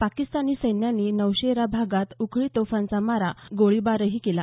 पाकिस्तानी सैनिकांनी नौशेरा भागात उखळी तोफांचा मारा आणि गोळीबारही केला